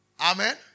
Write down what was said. Amen